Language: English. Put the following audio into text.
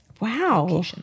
Wow